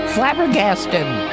Flabbergasted